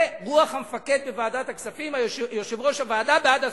זה רוח המפקד בוועדת הכספים: יושב-ראש הוועדה בעד הסטודנטים.